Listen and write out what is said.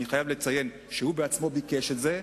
אני חייב לציין שהוא עצמו ביקש את זה.